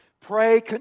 Pray